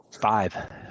Five